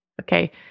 Okay